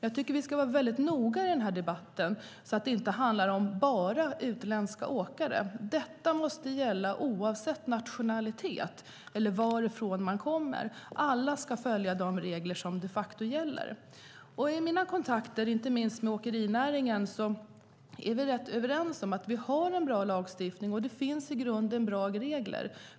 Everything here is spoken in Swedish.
Jag tycker att vi ska vara mycket noga i denna debatt så att den inte bara handlar om utländska åkare. Detta måste gälla oavsett nationalitet och varifrån man kommer. Alla ska följa de regler som gäller. I mina kontakter inte minst med åkerinäringen är vi rätt överens om att vi har en bra lagstiftning och att det i grunden finns bra regler.